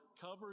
Cover